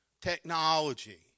Technology